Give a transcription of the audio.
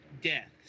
deaths